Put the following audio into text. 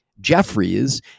Jeffries